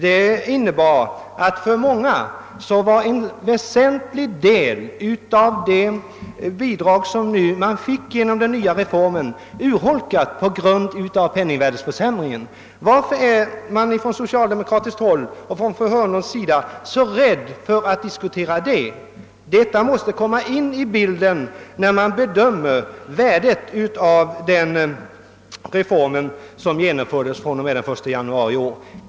Det innebär att för många var en väsentlig del av det bidrag som man fick genom den nya reformen urholkat på grund av penningvärdesförsämringen. Varför är man från socialdemokratiskt håll och från fru Hörnlunds sida så rädd för att diskutera det? Detta måste komma in i bilden när man bedömer värdet av den reform som genomfördes från och med den 1 januari i år.